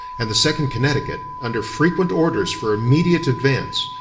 and the second connecticut, under frequent orders for immediate advance,